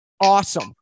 Awesome